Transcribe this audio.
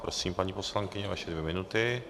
Prosím, paní poslankyně, vaše dvě minuty.